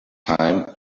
time